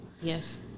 Yes